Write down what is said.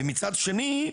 ומצד שני,